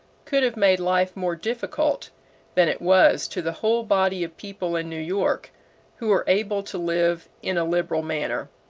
could have made life more difficult than it was to the whole body of people in new york who are able to live in a liberal manner.